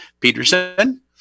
Peterson